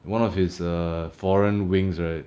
one of his err foreign wings right